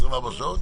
24 שעות,